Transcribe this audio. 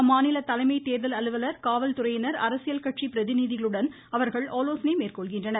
அம்மாநில தலைமைத் தேர்தல் அலுவலர் காவல் துறையினர் அரசியல் கட்சி பிரதிநிதிகளுடனும் அவர்கள் ஆலோசனை மேற்கொள்கின்றனர்